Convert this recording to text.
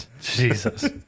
Jesus